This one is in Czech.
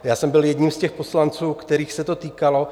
Já jsem byl jedním z těch poslanců, kterých se to týkalo.